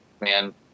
man